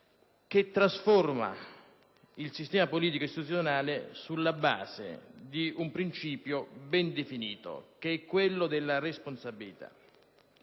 che trasforma il sistema politico e istituzionale sulla base di un principio ben definito, quello di responsabilità.